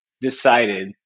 decided